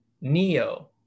Neo